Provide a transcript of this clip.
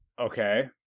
Okay